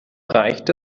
reicht